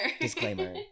Disclaimer